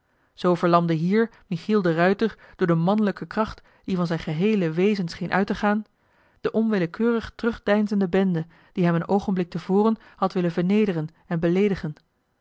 zoo verlamde hier michiel de ruijter door de manlijke kracht die van zijn geheele wezen scheen uit te gaan de onwillekeurig terugdeinzende bende die hem een oogenblik te voren had willen vernederen en beleedigen